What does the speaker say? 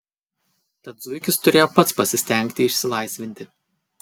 tad zuikis turėjo pats pasistengti išsilaisvinti